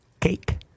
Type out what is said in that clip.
cake